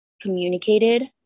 communicated